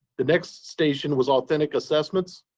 the next station was authentic assessments.